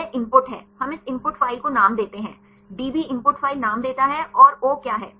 वह इनपुट है हम इस इनपुट फ़ाइल को नाम देते हैं db इनपुट फ़ाइल नाम देता है और O क्या है